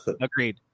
agreed